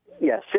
Yes